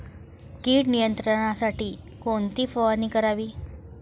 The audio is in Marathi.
कीड नियंत्रणासाठी कोणती फवारणी करावी?